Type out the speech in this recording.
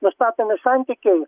nustatomi santykiai